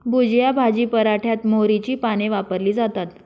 भुजिया भाजी पराठ्यात मोहरीची पाने वापरली जातात